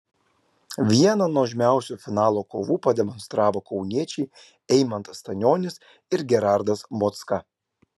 vieną nuožmiausių finalo kovų pademonstravo kauniečiai eimantas stanionis ir gerardas mocka